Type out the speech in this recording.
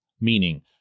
meaning